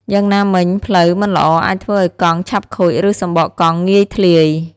យ៉ាងណាមិញ ផ្លូវមិនល្អអាចធ្វើឱ្យកង់ឆាប់ខូចឬសំបកកង់ងាយធ្លាយ។